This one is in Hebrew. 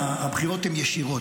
הבחירות הן ישירות,